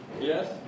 Yes